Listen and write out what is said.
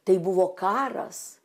tai buvo karas